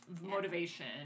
motivation